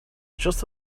just